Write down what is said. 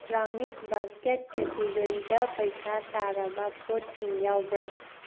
brownish basket ꯀꯦꯇꯤꯒꯣꯔꯤꯗ ꯄꯩꯁꯥ ꯇꯥꯔꯕ ꯄꯣꯠꯁꯤꯡ ꯌꯥꯎꯕ꯭ꯔꯥ